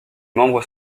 membres